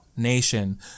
nation